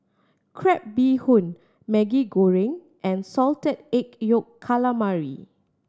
crab bee hoon Maggi Goreng and Salted Egg Yolk Calamari